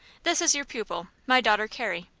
this is your pupil, my daughter, carrie.